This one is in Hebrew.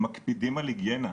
הם מקפידים על היגיינה,